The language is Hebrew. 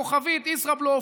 כוכבית ישראבלוף,